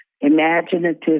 imaginative